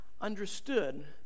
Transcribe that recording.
understood